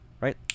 Right